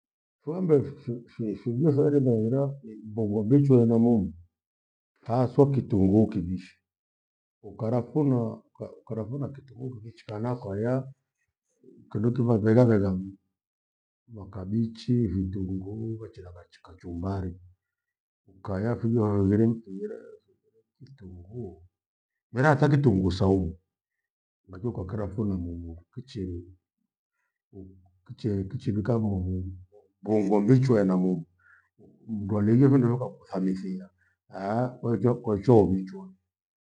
Fuambe fi- fi- fijo thore merera imbongo mbichwa ena mumu haswa kitunguu kivishi. Ukarafuna- uka- ukarafuna kitunguu kivichi kana kwayaa kindu kiva ghaegha ghaenga mu makabichi, vitunguu wechi labachi kachumbari. Ukaya fijo haghire nkighire kitunguu, mera hata kitunguu swaumu herakio ukakirafuna mumu kichie- kichinika mumu mbongo mbichwa ena mumu. Mndu alerie phindoroka kuthamithia aah! kwakiko- kwaicho uwichwa